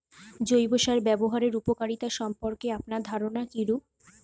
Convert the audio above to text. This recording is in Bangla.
জৈব সার ব্যাবহারের উপকারিতা সম্পর্কে আপনার ধারনা কীরূপ?